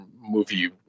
movie